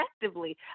effectively